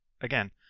again